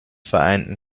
vereinten